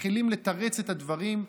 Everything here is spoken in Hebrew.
מתחילים לתרץ את הדברים.